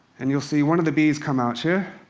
and you'll see one of the bees come out here.